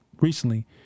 recently